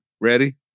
Ready